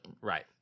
right